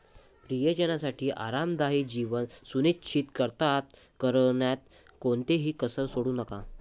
प्रियजनांसाठी आरामदायी जीवन सुनिश्चित करण्यात कोणतीही कसर सोडू नका